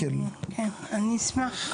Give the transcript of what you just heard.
אני אשמח.